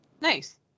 Nice